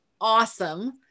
awesome